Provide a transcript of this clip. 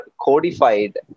codified